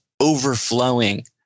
overflowing